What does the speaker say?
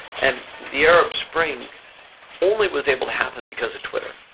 and the arab spring only was able to happen because of twitter,